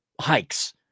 hikes